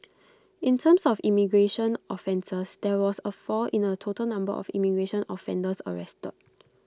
in terms of immigration offences there was A fall in the total number of immigration offenders arrested